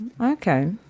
Okay